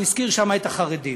והוא הזכיר שם את החרדים.